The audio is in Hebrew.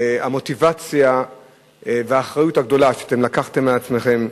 המוטיבציה והאחריות הגדולה שאתם לקחתם על עצמכם,